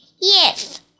Yes